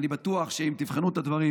אני בטוח שאם תבחנו את הדברים,